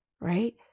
right